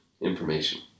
information